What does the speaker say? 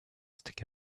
stick